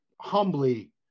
humbly